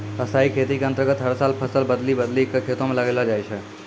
स्थाई खेती के अन्तर्गत हर साल फसल बदली बदली कॅ खेतों म लगैलो जाय छै